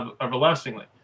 everlastingly